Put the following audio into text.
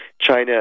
China